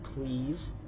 please